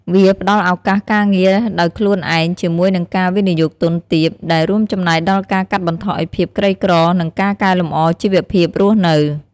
វាផ្តល់ឱកាសការងារដោយខ្លួនឯងជាមួយនឹងការវិនិយោគទុនទាប ដែលរួមចំណែកដល់ការកាត់បន្ថយភាពក្រីក្រ និងការកែលម្អជីវភាពរស់នៅ។